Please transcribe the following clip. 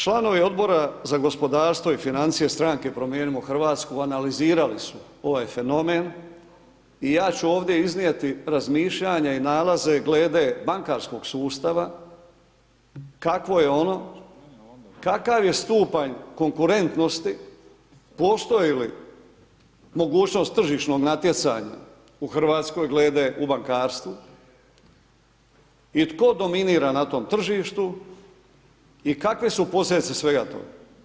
Članovi Odbora za gospodarstvo i financije, stranke Promijenimo Hrvatsku analizirali su ovaj fenomen i ja ću ovdje iznijeti razmišljanja i nalaze glede bankarskog sustava kakvo je ono, kakav je stupanj konkurentnosti, postoji li mogućnost tržišnog natjecanja glede u bankarstvu i tko dominira na tom tržištu i kakve su posljedice svega toga.